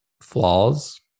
flaws